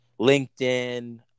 LinkedIn